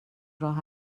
راه